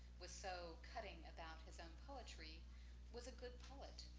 was so cutting about his own poetry was a good poet.